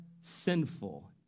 sinful